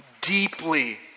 deeply